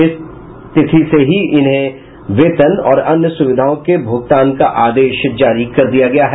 इस तिथि से ही उन्हें वेतन और अन्य सुविधाओं के भुगतान का आदेश जारी कर दिया गया है